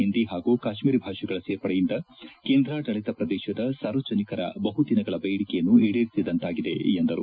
ಹಿಂದಿ ಹಾಗೂ ಕಾಶ್ಮೀರಿ ಭಾಷೆಗಳ ಸೇರ್ಪಡೆಯಿಂದ ಕೇಂದ್ರಾಡಳಿತ ಪ್ರದೇಶದ ಸಾರ್ವಜನಿಕರ ಬಹುದಿನಗಳ ಬೇಡಿಕೆಯನ್ನು ಈಡೇರಿಸಿದಂತಾಗಿದೆ ಎಂದು ತಿಳಿಸಿದ್ದಾರೆ